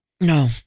No